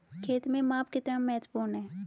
खेत में माप कितना महत्वपूर्ण है?